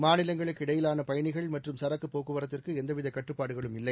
மாநிலங்களுக்கு இடையிலான பயணிகள் மற்றும் சரக்கு போக்குவரத்துக்கு எந்தவித கட்டுப்பாடுகளும் இல்லை